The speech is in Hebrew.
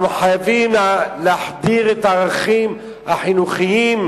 אנחנו חייבים להחדיר את הערכים החינוכיים,